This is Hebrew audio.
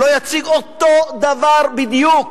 אותו דבר בדיוק.